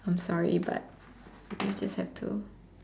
I'm sorry but you just have to